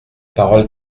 parole